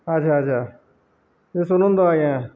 ଆଚ୍ଛା ଆଚ୍ଛା ଟିକେ ଶୁଣନ୍ତୁ ଆଜ୍ଞା